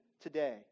today